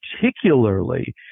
particularly